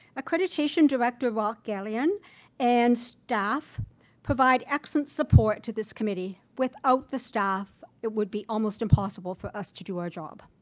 accreditation director roth gallien and staff provide excellent support to this committee. without the staff, it would be almost impossible for us to do our job.